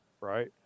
right